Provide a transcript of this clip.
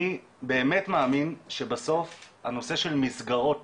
אני באמת מאמין שבסוף, הנושא של מסגרות